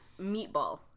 meatball